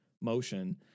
motion